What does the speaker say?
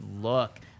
look